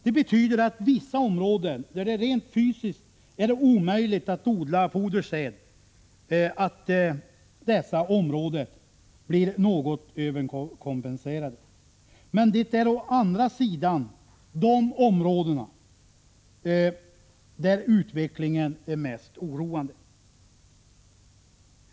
Det betyder att vissa områden där det rent fysiskt är omöjligt att odla fodersäd blir något överkompenserade, men det är å andra sidan de områden där utvecklingen är mest oroande.